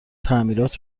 تعمیرات